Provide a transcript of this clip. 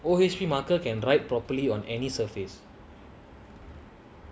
O_H_P marker can write properly on any surface